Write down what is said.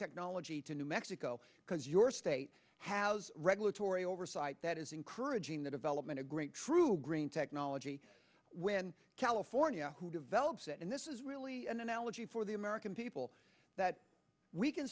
technology to new mexico because your state has regulatory oversight that is encouraging the development of great true green technology when california who develops and this is really an analogy for the american people that we can